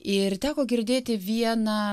ir teko girdėti vieną